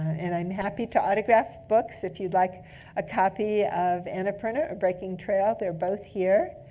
and i'm happy to autograph books. if you'd like a copy of annapurna or breaking trail, they're both here.